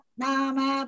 nama